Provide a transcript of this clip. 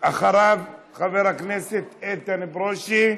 אחריו, חבר הכנסת איתן ברושי.